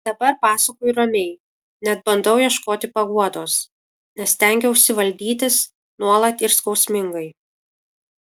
dabar pasakoju ramiai net bandau ieškoti paguodos nes stengiausi valdytis nuolat ir skausmingai